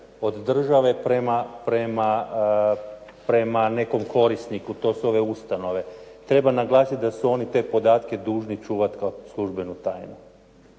od države prema nekom korisniku, to su ove ustanove. Treba naglasiti da su oni te podatke dužni čuvati kao službenu tajnu,